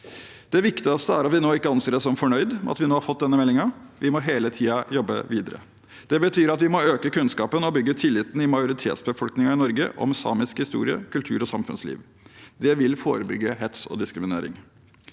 Det viktigste er at vi nå ikke anser oss som fornøyd med at vi har fått denne meldingen. Vi må hele tiden jobbe videre. Det betyr at vi må øke kunnskapen – og bygge tilliten – i majoritetsbefolkningen i Norge om samisk historie, kultur og samfunnsliv. Det vil forebygge hets og diskriminering.